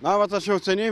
na vat aš jau seniai